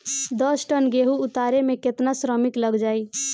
दस टन गेहूं उतारे में केतना श्रमिक लग जाई?